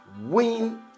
Win